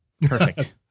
Perfect